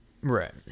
Right